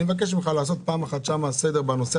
אני מבקש ממך לעשות סדר בנושא,